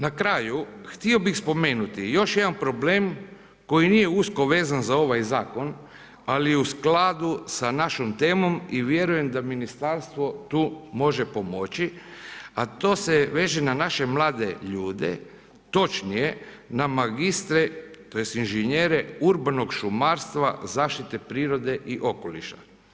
Na kraju, htio bih spomenuti još jedan problem koji nije usko vezan za ovaj zakon ali je u skladu sa našom temom i vjerujem da ministarstvo tu može pomoći a to se veže na naše mlade ljude, točnije na magistre tj. inženjere urbanog šumarstva zaštite prirode i okoliša.